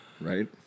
Right